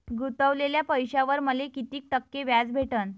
गुतवलेल्या पैशावर मले कितीक टक्के व्याज भेटन?